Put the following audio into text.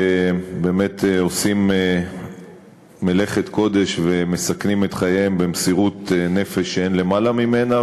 שבאמת עושים מלאכת קודש ומסכנים את חייהם במסירות נפש שאין למעלה ממנה,